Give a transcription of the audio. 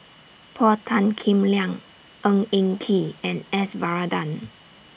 Paul Tan Kim Liang Ng Eng Kee and S Varathan